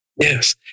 Yes